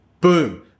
Boom